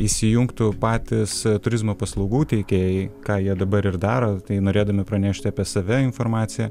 įsijungtų patys turizmo paslaugų teikėjai ką jie dabar ir daro tai norėdami pranešti apie save informaciją